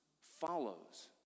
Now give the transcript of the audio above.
follows